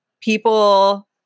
people